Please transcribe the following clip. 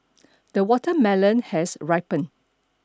the watermelon has ripened